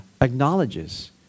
acknowledges